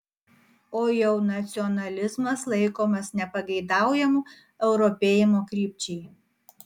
o jau nacionalizmas laikomas nepageidaujamu europėjimo krypčiai